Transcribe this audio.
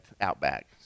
Outback